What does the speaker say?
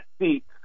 seat